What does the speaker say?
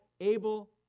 Able